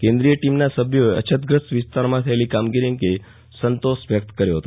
કેન્દ્રિય ટીમના સભ્યોએ અછતગ્રસ્ત વિસ્તારમાં થયેલી કામગીરી અંગે સંતોષ વ્યક્ત કર્યો હતો